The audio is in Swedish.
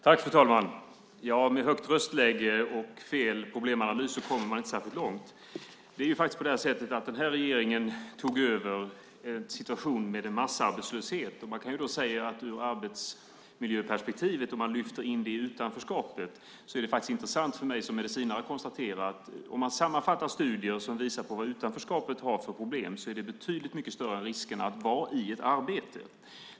Fru talman! Med högt röstläge och fel problemanalys kommer man inte särskilt långt. Den här regeringen tog över en situation med massarbetslöshet. Om man lyfter in arbetsmiljöperspektivet i utanförskapet är det intressant för mig som medicinare att konstatera att om man sammanfattar studier som visar vilka problem som utanförskapet för med sig är de betydligt mycket större än om man har ett arbete.